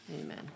Amen